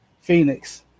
Phoenix